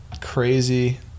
crazy